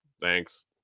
thanks